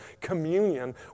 communion